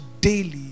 daily